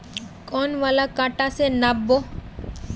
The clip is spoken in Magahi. कौन वाला कटा से नाप बो?